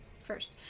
first